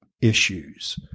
issues